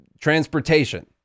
transportation